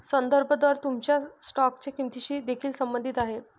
संदर्भ दर तुमच्या स्टॉकच्या किंमतीशी देखील संबंधित आहे